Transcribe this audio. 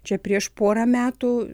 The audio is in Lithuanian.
čia prieš porą metų